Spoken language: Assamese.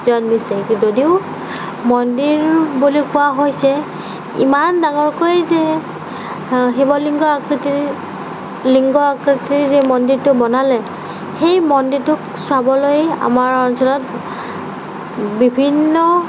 গৈছে যদিও মন্দিৰ বুলি কোৱা হৈছে ইমান ডাঙৰকৈ যে শিৱ লিংগ আকৃতিৰ লিংগ আকৃতিৰ যি মন্দিৰটো বনালে সেই মন্দিৰটো চাবলৈ আমাৰ অঞ্চলত বিভিন্ন